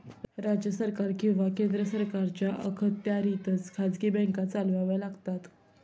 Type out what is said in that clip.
राज्य सरकार किंवा केंद्र सरकारच्या अखत्यारीतच खाजगी बँका चालवाव्या लागतात